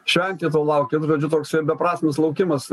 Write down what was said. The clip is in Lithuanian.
šventyto laukiau nu žodžiu toksai beprasmis laukimas